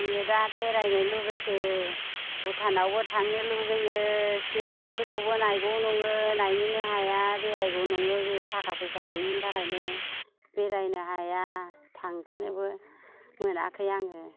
आङो दा बेरायनो लुगैयो भुटानावबो थांनो लुगैयो स्रिरामपुरखौबो नायगौ नङो नायनोनो हाया बेरायगौ नङो थाखा फैसा गैयिनि थाखायनो बेरायनो हाया थांफेरनोबो मोनाखै आङो